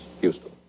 Houston